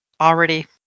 already